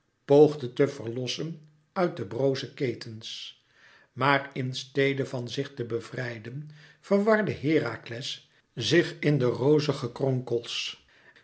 poogde te verlossen uit de broze ketens maar in stede van zich te bevrijden verwarde herakles zich in de rozige